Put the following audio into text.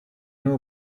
know